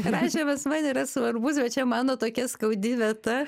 rašymas man yra svarbus bet čia mano tokia skaudi vieta